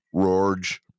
George